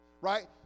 right